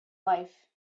life